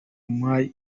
mahia